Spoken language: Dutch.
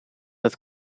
het